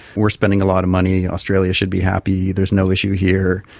we are spending a lot of money, australia should be happy, there's no issue here,